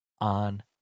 on